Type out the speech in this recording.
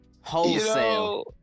wholesale